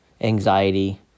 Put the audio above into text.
anxiety